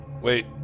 Wait